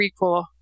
prequel